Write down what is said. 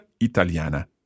italiana